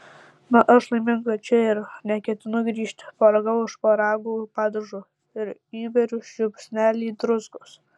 na aš laiminga čia ir neketinu grįžti paragauju šparagų padažo ir įberiu žiupsnelį druskos